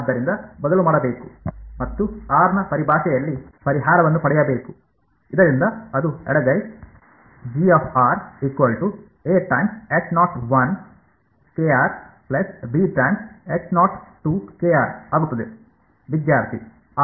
ಆದ್ದರಿಂದ ಬದಲು ಮಾಡಬೇಕು ಮತ್ತು r ನ ಪರಿಭಾಷೆಯಲ್ಲಿ ಪರಿಹಾರವನ್ನು ಪಡೆಯಬೇಕು ಇದರಿಂದ ಅದು ಎಡಗೈ ಆಗುತ್ತದೆ ವಿದ್ಯಾರ್ಥಿ ಆರ್